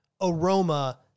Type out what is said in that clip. aroma